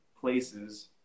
places